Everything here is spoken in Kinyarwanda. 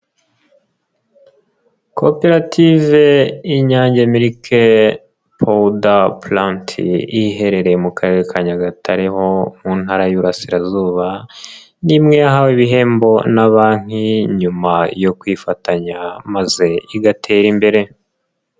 Koperative y'Inyange milk powder plant, iherereye mu karere ka Nyagatare ho mu ntara y'Iburasirazuba, ni imwe yahawe ibihembo na banki, nyuma yo kwifatanya maze igatera imbere.